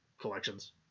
collections